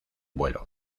vuelo